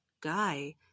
guy